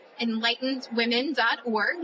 enlightenedwomen.org